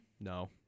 No